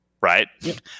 right